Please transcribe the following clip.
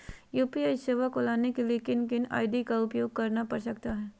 UPI सेवाएं को लाने के लिए किन किन आई.डी का उपयोग करना पड़ सकता है?